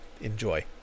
Enjoy